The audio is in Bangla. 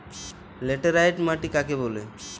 লেটেরাইট মাটি কাকে বলে?